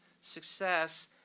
success